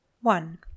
one